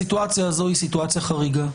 הסיטואציה הזו היא סיטואציה חריגה.